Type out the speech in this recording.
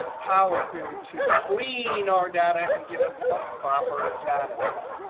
power query to clean our data and give us a proper data set.